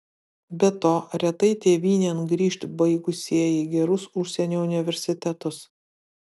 be to retai tėvynėn grįžt baigusieji gerus užsienio universitetus